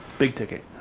big ticket.